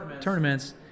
tournaments